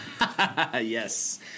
Yes